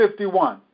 51